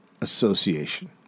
Association